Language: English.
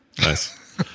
nice